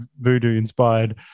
voodoo-inspired